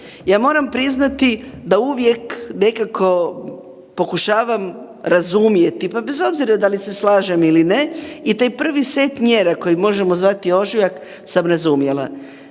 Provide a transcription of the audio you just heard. ja moram priznati da uvijek nekako pokušavam razumjeti, pa bez obzira da li se slažem ili ne i taj prvi set mjera koji možemo zvati ožujak sam razumjela.